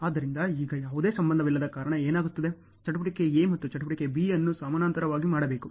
ಆದ್ದರಿಂದ ಈಗ ಯಾವುದೇ ಸಂಬಂಧವಿಲ್ಲದ ಕಾರಣ ಏನಾಗುತ್ತದೆ ಚಟುವಟಿಕೆ A ಮತ್ತು ಚಟುವಟಿಕೆ B ಅನ್ನು ಸಮಾನಾಂತರವಾಗಿ ಮಾಡಬೇಕು